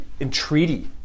entreaty